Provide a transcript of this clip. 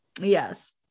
yes